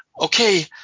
Okay